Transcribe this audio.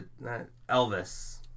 Elvis